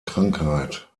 krankheit